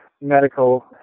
medical